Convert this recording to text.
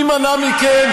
מי מנע מכם,